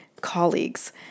colleagues